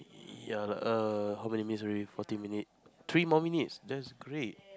ya lah err how many minutes already forty minute three more minutes that's great